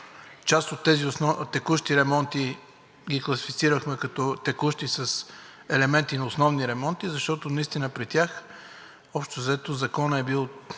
Част от тези текущи ремонти ги класифицирахме като текущи с елементи на основни, защото наистина при тях, общо взето, законът е бил